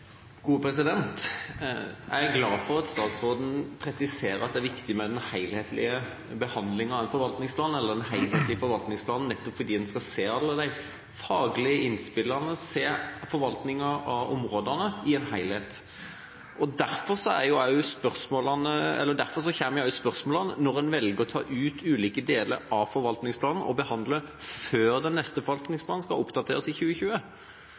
glad for at statsråden presiserer at det er viktig ved behandlinga av den helhetlige forvaltningsplanen nettopp å se alle de faglige innspillene og forvaltninga av områdene i en helhet. Derfor kommer også spørsmålene når en velger å ta ut ulike deler av forvaltningsplanen og behandle dem før den neste forvaltningsplanen skal oppdateres i 2020.